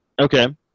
Okay